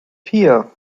vier